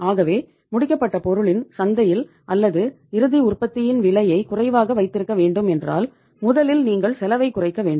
ஆகவே முடிக்கப்பட்ட பொருளின் சந்தையில் அல்லது இறுதி உற்பத்தியின் விலையை குறைவாக வைத்திருக்க வேண்டும் என்றால் முதலில் நீங்கள் செலவைக் குறைக்க வேண்டும்